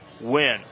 win